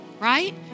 right